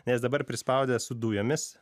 nes dabar prispaudę su dujomis